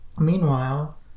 Meanwhile